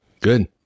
Good